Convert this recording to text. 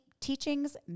teachings